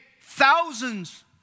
thousands